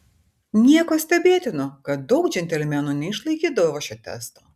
nieko stebėtino kad daug džentelmenų neišlaikydavo šio testo